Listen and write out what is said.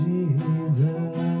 Jesus